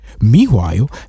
meanwhile